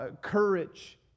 courage